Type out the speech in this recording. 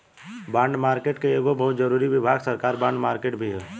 bond market के एगो बहुत जरूरी विभाग सरकार बॉन्ड मार्केट भी ह